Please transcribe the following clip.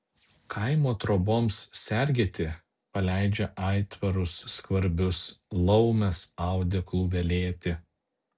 kaimo troboms sergėti paleidžia aitvarus skvarbius laumes audeklų velėti